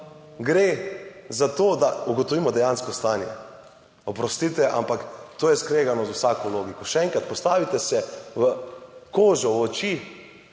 gre za to, da ugotovimo dejansko stanje. Oprostite, ampak to je skregano z vsako logiko. Še enkrat, postavite se v kožo v oči